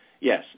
Yes